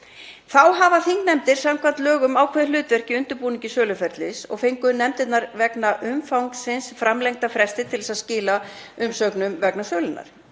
Þá hafa þingnefndir samkvæmt lögum ákveðið hlutverk í undirbúningi söluferlis og fengu nefndirnar vegna umfangsins framlengda fresti til að skila umsögnum vegna sölunnar.